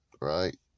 right